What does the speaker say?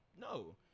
no